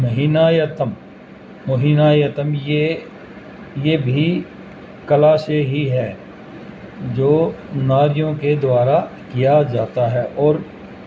مہینا یتم مہینا یتم یہ یہ بھی کلا سے ہی ہے جو ناریوں کے دوارا کیا جاتا ہے اور